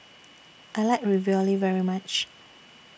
I like Ravioli very much